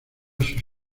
sus